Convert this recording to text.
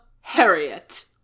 Harriet